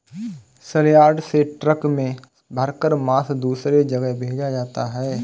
सलयार्ड से ट्रक में भरकर मांस दूसरे जगह भेजा जाता है